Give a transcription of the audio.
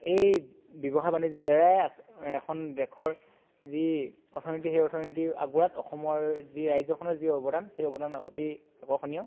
এই ব্যৱসায় বাণিজ্যৰ দ্বাৰা এখন দেশৰ যি অৰ্থনীতি সেই অৰ্থনীতি আগবঢ়াত অসমৰ যি ৰাজ্যখনৰ যি অৱদান সেই অৱদান অতি আকৰ্ষণীয়